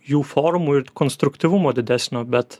jų formų ir konstruktyvumo didesnio bet